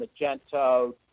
Magento